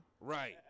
Right